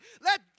Let